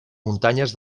muntanyes